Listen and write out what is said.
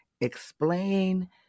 explain